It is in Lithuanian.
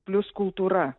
plius kultūra